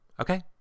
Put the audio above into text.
okay